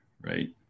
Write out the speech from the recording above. right